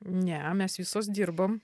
ne mes visos dirbam